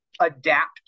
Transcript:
adapt